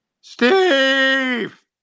Steve